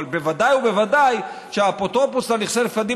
אבל ודאי ובוודאי שהאפוטרופוס לנכסי נפקדים